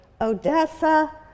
Odessa